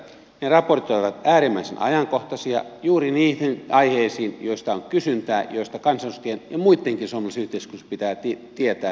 he raportoivat äärimmäisen ajankohtaisista asioista juuri niistä aiheista joista on kysyntää joista kansanedustajien ja muittenkin suomalaisessa yhteiskunnassa pitää tietää ja tuntea